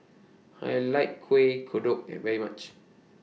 I like Kuih Kodok very much